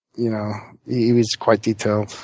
you know he was quite detailed.